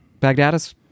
Baghdadis